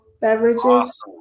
beverages